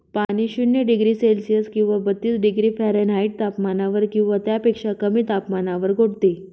पाणी शून्य degree Celsius किंवा बत्तीस डिग्री फॅरेनहाईट तापमानावर किंवा त्यापेक्षा कमी तापमानावर गोठते